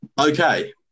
Okay